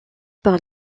par